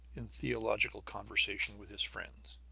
in theological conversation with his friend.